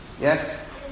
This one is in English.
Yes